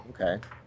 Okay